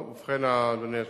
ובכן, אדוני היושב-ראש,